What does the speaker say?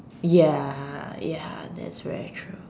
ya ya that's very true